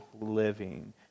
living